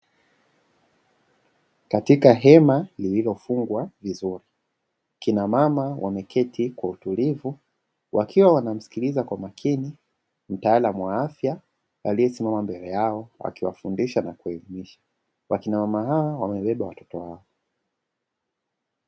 Katika hema lililofungwa vizuri akina mama wameketi kwa utulivu. Wakiwa wana msikiliza kwa makini mtaalamu wa afya aliyesimama mbele yao, akiwafundisha na kuizinisha. Wakina mama hawa wamebeba watoto wao.